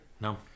No